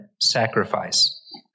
sacrifice